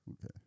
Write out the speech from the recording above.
Okay